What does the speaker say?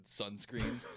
sunscreen